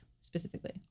specifically